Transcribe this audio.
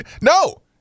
No